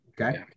Okay